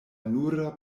nura